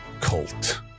cult